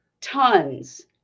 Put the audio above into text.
tons